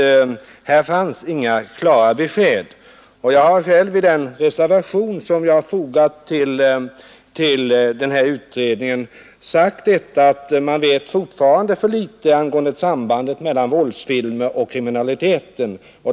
Här fanns inga klara besked. I den reservation som jag fogade till utredningen har jag också sagt: ”Man vet fortfarande för litet angående sambandet mellan våldsfilmer och kriminalitet.